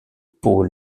pau